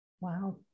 Wow